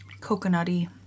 coconutty